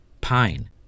pine